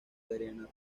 adriana